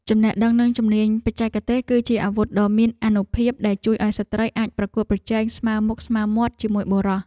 ចំណេះដឹងនិងជំនាញបច្ចេកទេស គឺជាអាវុធដ៏មានអានុភាពដែលជួយឱ្យស្ត្រីអាចប្រកួតប្រជែងស្មើមុខស្មើមាត់ជាមួយបុរស។